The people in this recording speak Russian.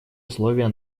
условия